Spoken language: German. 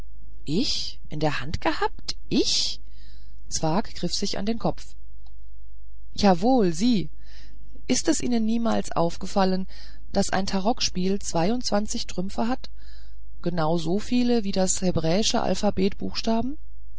ich in der hand gehabt ich zwakh griff sich an den kopf jawohl sie ist es ihnen niemals aufgefallen daß das tarokspiel zweiundzwanzig trümpfe hat genausoviel wie das hebräische alphabet buchstaben